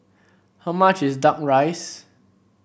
how much is duck rice